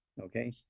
Okay